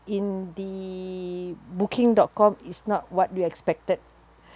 in the booking dot com is not what we expected